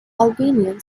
albanian